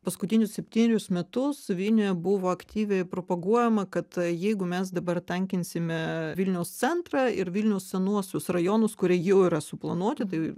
paskutinius septynerius metus vilniuje buvo aktyviai propaguojama kad jeigu mes dabar tankinsime vilniaus centrą ir vilniaus senuosius rajonus kurie jau yra suplanuoti tai